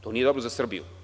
To nije dobro za Srbiju.